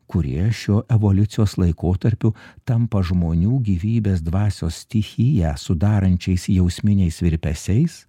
kurie šiuo evoliucijos laikotarpiu tampa žmonių gyvybės dvasios stichiją sudarančiais jausminiais virpesiais